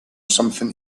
something